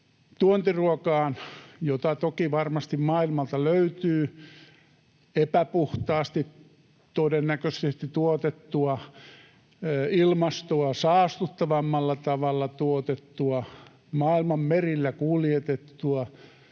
tuontiruokaan, jota toki varmasti maailmalta löytyy — todennäköisesti epäpuhtaasti tuotettua, ilmastoa saastuttavammalla tavalla tuotettua, maailman merillä kuljetettua,